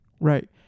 Right